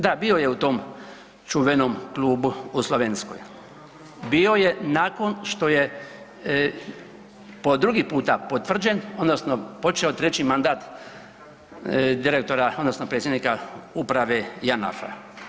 Da, bio je u tom čuvenom klubu u Slovenskoj, bio je nakon što je po drugi puta potvrđen odnosno počeo treći mandat direktora odnosno predsjednika uprave Janafa.